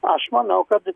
aš manau kad